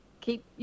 keep